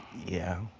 yeah.